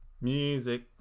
music